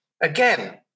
Again